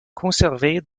conservées